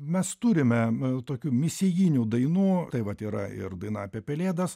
mes turime tokių misijinių dainų tai vat yra ir daina apie pelėdas